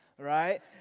Right